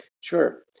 Sure